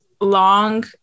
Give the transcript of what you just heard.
long